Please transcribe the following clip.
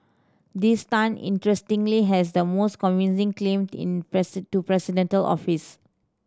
this Tan interestingly has the most convincing claimed in to presidential office